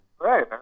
Right